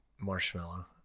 marshmallow